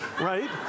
right